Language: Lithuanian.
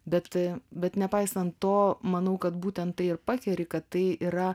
bet bet nepaisant to manau kad būtent tai ir pakeri kad tai yra